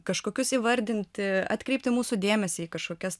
kažkokius įvardinti atkreipti mūsų dėmesį į kažkokias